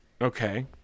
Okay